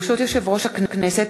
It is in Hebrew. ברשות יושב-ראש הכנסת,